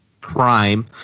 crime